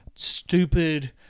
stupid